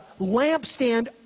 lampstand